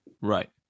Right